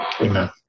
amen